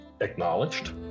acknowledged